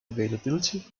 availability